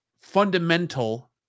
fundamental